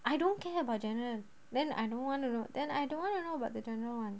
I don't care about general then I don't want to know then I don't want to know about the general one